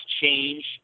change